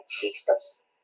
Jesus